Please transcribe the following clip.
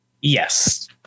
yes